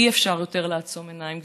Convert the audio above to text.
אי-אפשר יותר לעצום עיניים,